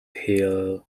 hill